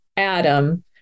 Adam